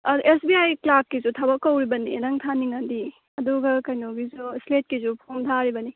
S B I ꯀ꯭ꯂꯥꯔꯛꯀꯤꯁꯨ ꯊꯕꯛ ꯀꯧꯔꯤꯕꯅꯦ ꯅꯪ ꯊꯥꯅꯤꯡꯉꯗꯤ ꯑꯗꯨꯒ ꯀꯩꯅꯣꯒꯤꯁꯨ ꯏꯁ꯭ꯂꯦꯠꯀꯤꯁꯨ ꯐꯣꯔꯝ ꯊꯥꯔꯤꯕꯅꯤ